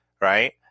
right